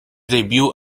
debut